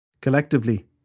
Collectively